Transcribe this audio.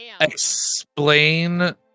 Explain